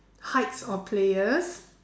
heights of players